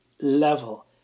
level